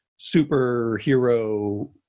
superhero